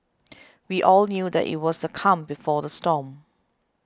we all knew that it was the calm before the storm